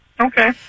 Okay